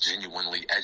Genuinely